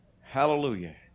Hallelujah